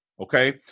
Okay